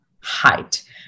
height